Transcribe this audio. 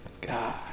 God